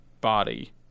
body